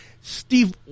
Steve